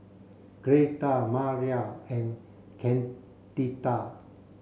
Gretta Maria and Candida